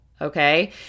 Okay